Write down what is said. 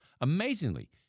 Amazingly